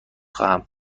خواهم